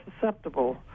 susceptible